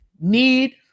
need